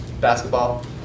basketball